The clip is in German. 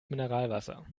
mineralwasser